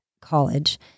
college